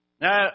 Now